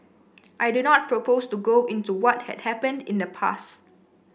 I do not propose to go into what had happened in the past